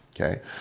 Okay